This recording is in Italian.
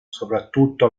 soprattutto